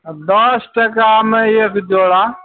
अऽ दस टाकामे एक जोड़ा